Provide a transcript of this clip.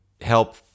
help